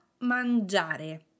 mangiare